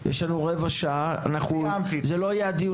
בעלי.